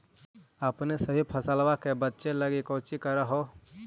अपने सभी फसलबा के बच्बे लगी कौची कर हो?